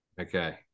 Okay